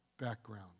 background